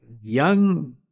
young